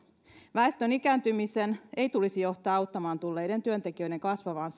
väestön ikääntymisen ei tulisi johtaa auttamaan tulleiden työntekijöiden kasvavaan